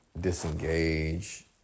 disengage